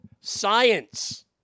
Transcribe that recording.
science